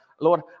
Lord